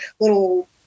little